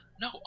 no